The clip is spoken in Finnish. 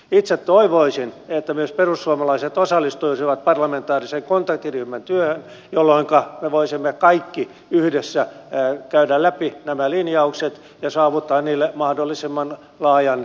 itse toivoisin että myös perussuomalaiset osallistuisivat parlamentaarisen kontaktiryhmän työhön jolloinka me voisimme kaikki yhdessä käydä läpi nämä linjaukset ja saavuttaa niille mahdollisimman laajan tuen